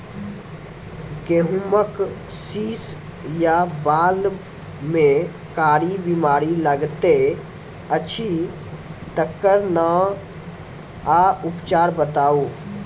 गेहूँमक शीश या बाल म कारी बीमारी लागतै अछि तकर नाम आ उपचार बताउ?